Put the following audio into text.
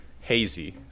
hazy